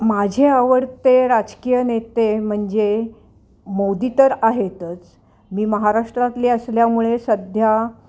माझे आवडते राजकीय नेते म्हणजे मोदी तर आहेतच मी महाराष्ट्रातली असल्यामुळे सध्या